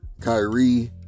Kyrie